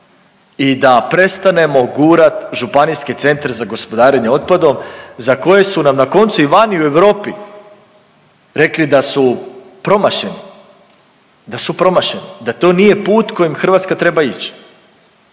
i da prestanemo gurat županijske centre za gospodarenje otpadom za koje su nam na koncu i vani u Europi rekli da su promašeni. Da su promašeni, da to nije put kojim Hrvatska treba ići